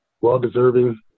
Well-deserving